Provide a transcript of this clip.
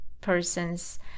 persons